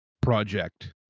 project